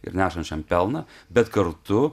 ir nešančiam pelną bet kartu